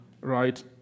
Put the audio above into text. Right